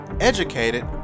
educated